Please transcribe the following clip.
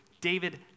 David